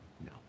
No